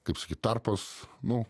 kaip sakyt tarpas nu